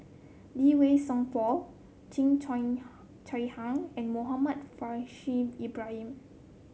Lee Wei Song Paul Cheo Chai Chai Hiang and Muhammad Faishal Ibrahim